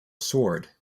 sword